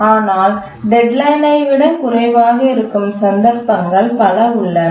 ஆனால் டெட்லைன் ஐ விட குறைவாக இருக்கும் சந்தர்ப்பங்கள் பல உள்ளன